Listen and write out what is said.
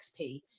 XP